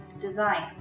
design